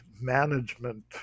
management